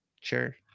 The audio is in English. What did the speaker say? sure